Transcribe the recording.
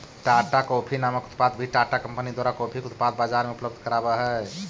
Tata coffee नामक उत्पाद भी टाटा कंपनी द्वारा कॉफी के उत्पाद बजार में उपलब्ध कराब हई